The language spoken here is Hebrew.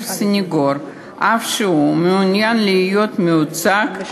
סנגור אף שהוא מעוניין להיות מיוצג,